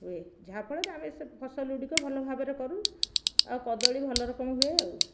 ହୁଏ ଯାହାଫଳରେ ଆମେ ସେ ଫସଲଗୁଡ଼ିକ ଭଲ ଭାବରେ କରୁ ଆଉ କଦଳୀ ଭଲ ରକମ ହୁଏ ଆଉ